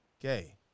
gay